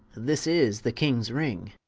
this is the kings ring